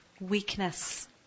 weakness